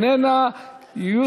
אינה נוכחת,